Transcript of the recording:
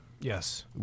Yes